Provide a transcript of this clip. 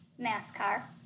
NASCAR